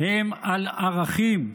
הם על ערכים,